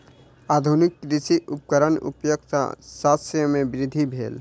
आधुनिक कृषि उपकरणक उपयोग सॅ शस्य मे वृद्धि भेल